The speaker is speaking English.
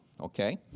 okay